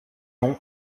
nom